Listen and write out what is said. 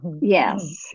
Yes